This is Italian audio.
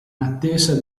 attesa